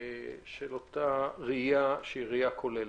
בגלל הסיבות שהצגתי.